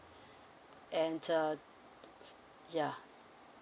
and uh ya